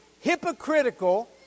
hypocritical